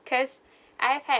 cause I've had